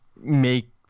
make